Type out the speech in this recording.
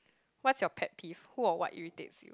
what's your pet peeve who or what irritates